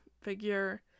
figure